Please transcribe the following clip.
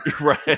Right